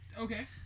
Okay